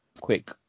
quick